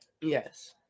Yes